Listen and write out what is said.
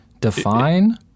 define